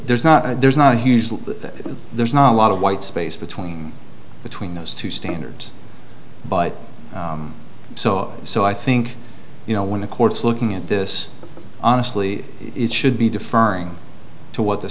there's not a there's not a huge leap that there's not a lot of white space between between those two standards by so so i think you know when the court's looking at this honestly it should be deferring to what the